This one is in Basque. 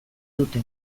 dute